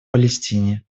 палестине